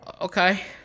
Okay